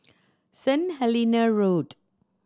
Saint Helena Road